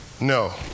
No